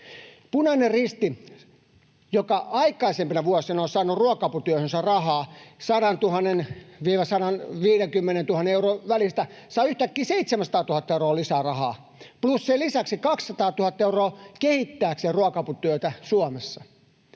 Punainen Risti, joka aikaisempina vuosina on saanut ruoka-aputyöhönsä rahaa 100 000—150 000 euroa, saa yhtäkkiä 700 000 euroa lisää rahaa plus sen lisäksi 200 000 euroa kehittääkseen ruoka-aputyötä Suomessa.